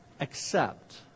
accept